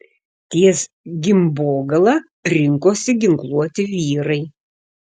ties gimbogala rinkosi ginkluoti vyrai